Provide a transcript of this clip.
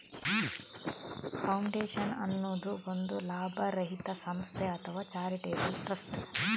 foundation ಅನ್ನುದು ಒಂದು ಲಾಭರಹಿತ ಸಂಸ್ಥೆ ಅಥವಾ ಚಾರಿಟೇಬಲ್ ಟ್ರಸ್ಟ್